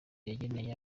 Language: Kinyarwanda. yageneye